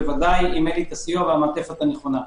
ודאי אם אין לו הסיוע והמעטפת הנכונה.